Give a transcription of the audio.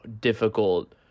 difficult